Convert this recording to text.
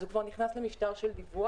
אז הוא כבר נכנס למשטר של דיווח.